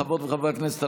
חברות וחברי הכנסת,